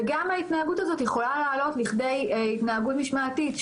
וגם ההתנהגות הזאת יכולה לעלות לכדי התנהגות משמעתית,